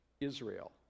Israel